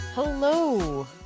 Hello